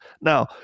Now